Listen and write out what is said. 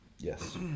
Yes